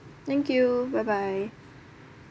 thank you bye bye